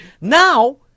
now